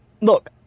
Look